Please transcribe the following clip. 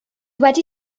wedi